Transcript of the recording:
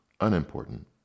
unimportant